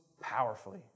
powerfully